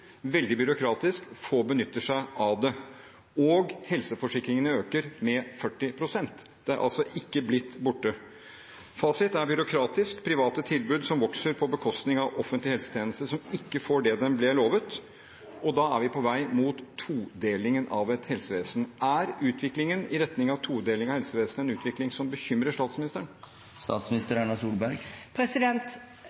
veldig byråkratisk, og få benytter seg av det. Og helseforsikringene øker med 40 pst. De har altså ikke blitt borte. Fasit: Det er byråkratisk – private tilbud som vokser på bekostning av offentlig helsetjeneste, som ikke får det den ble lovet. Da er vi på vei mot en todeling av helsevesenet. Er utviklingen i retning av todeling av helsevesenet en utvikling som bekymrer statsministeren?